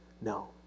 No